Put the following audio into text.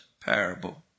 parable